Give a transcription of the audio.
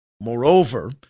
Moreover